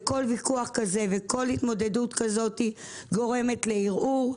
כל ויכוח כזה וכל התמודדות כזאת גורמת לי לערעור.